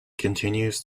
continues